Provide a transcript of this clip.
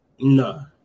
No